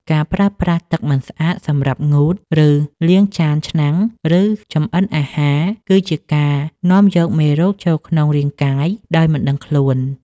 ការប្រើប្រាស់ទឹកមិនស្អាតសម្រាប់ងូត ដុសលាងចានឆ្នាំង ឬចម្អិនអាហារ គឺជាការនាំយកមេរោគចូលក្នុងរាងកាយដោយមិនដឹងខ្លួន។